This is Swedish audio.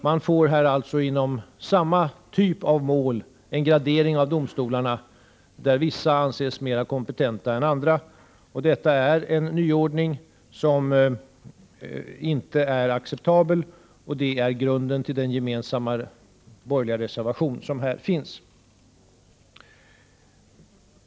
Man får här alltså för samma typ av mål en gradering av domstolarna, där vissa anses mera kompetenta än andra. Detta är en nyordning som inte är acceptabel, något som utgör grunden för den gemensamma borgerliga reservation som avgivits.